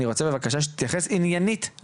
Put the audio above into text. אני רוצה בבקשה שתתייחס עניינית,